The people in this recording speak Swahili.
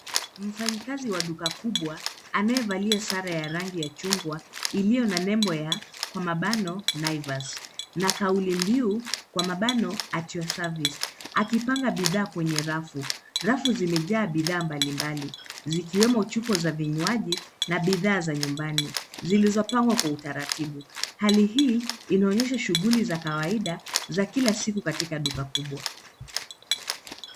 Mfanyikazi wa duka kubwa anayevakia sare ya rangi ya chungwa iliyo na nembo ya naivas na kauli mbinu at your service akipanga bidhaa kwenye rafu. Rafu zimejaa bidhaa mbali mbali zikiwemo chupa za vinywaji na bidhaa za nyumbani zilizopangwa kwa utaratibu. Hali hii inaonyesha shughuli za kawaida za Kila siku katika duka kubwa.